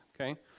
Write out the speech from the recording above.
okay